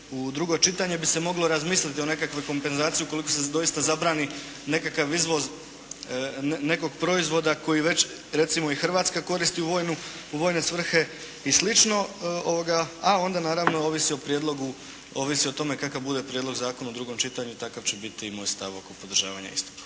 u drugo čitanje bi se moglo razmisliti o nekakvoj kompenzaciji ukoliko se doista zabrani nekakav izvoz nekog proizvoda koji već recimo i Hrvatska koristi u vojne svrhe i slično, a onda naravno ovisi o prijedlogu, ovisi o tome kakav bude prijedlog zakona u drugom čitanju takav će biti i moj stav oko podržavanja istog.